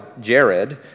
Jared